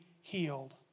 healed